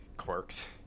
quirks